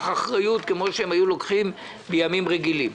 הרבה אחריות כפי שהם היו לוקחים בימים רגילים.